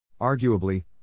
Arguably